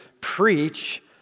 preach